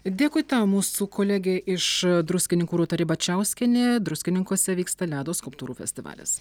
dėkui tau mūsų kolegė iš druskininkų rūta ribačiauskienė druskininkuose vyksta ledo skulptūrų festivalis